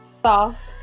soft